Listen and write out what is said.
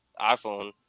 iPhone